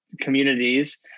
communities